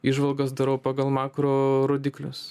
įžvalgas darau pagal makro rodiklius